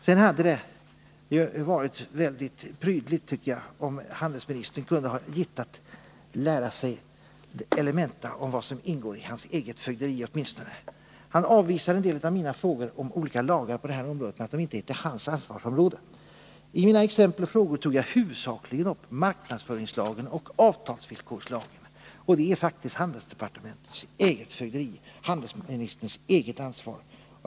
Det hade vidare varit mycket prydligt, om handelsministern hade gittat lära sig elementa åtminstone om vad som ingår i hans eget fögderi. Han avvisar en del av mina frågor om olika lagar med att dessa inte berör hans ansvarsområde. I mina exempel och frågor tog jag huvudsakligen upp marknadsföringslagen och avtalsvillkorslagen, och de tillhör faktiskt handelsdepartementets eget fögderi och ligger under handelsministerns eget ansvar.